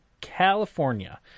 California